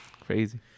Crazy